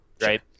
right